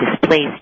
displaced